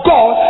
God